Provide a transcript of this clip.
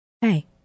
hey